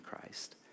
Christ